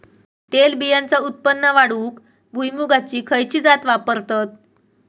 तेलबियांचा उत्पन्न वाढवूक भुईमूगाची खयची जात वापरतत?